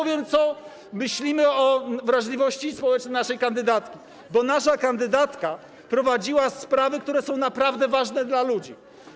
Powiem wam, co myślimy o wrażliwości społecznej naszej kandydatki, bo nasza kandydatka prowadziła sprawy, które są naprawdę ważne dla ludzi.